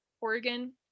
Oregon